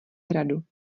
hradu